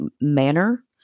manner